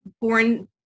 born